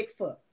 Bigfoot